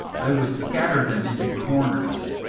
i would scatter them into corners,